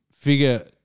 figure